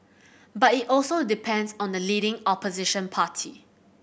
but it also depends on the leading Opposition party